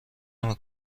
نمی